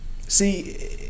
See